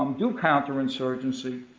um do counterinsurgency,